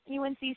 UNC